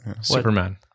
Superman